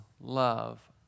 love